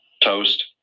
toast